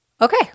Okay